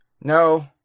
No